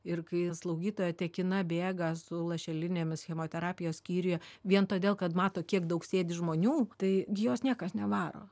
ir kai slaugytoja tekina bėga su lašelinėmis chemoterapijos skyriuje vien todėl kad mato kiek daug sėdi žmonių tai jos niekas nevaro